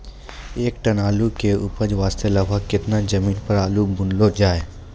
एक टन आलू के उपज वास्ते लगभग केतना जमीन पर आलू बुनलो जाय?